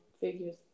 figures